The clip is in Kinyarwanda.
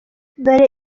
dore